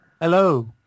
Hello